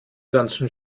ganzen